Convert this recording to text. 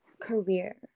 career